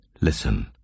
Listen